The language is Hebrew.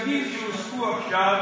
הסייגים שהוספו עכשיו,